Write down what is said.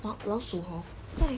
老老鼠 hor 在